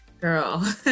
girl